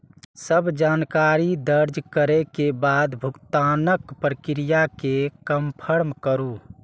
सब जानकारी दर्ज करै के बाद भुगतानक प्रक्रिया कें कंफर्म करू